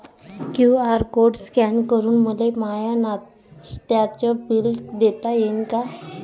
QR code scan करून मले माय नास्त्याच बिल देता येईन का?